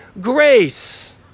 grace